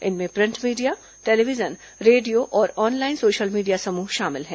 इनमें print media television radio और online social media समूह शामिल हैं